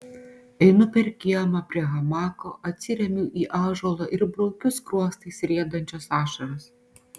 einu per kiemą prie hamako atsiremiu į ąžuolą ir braukiu skruostais riedančias ašaras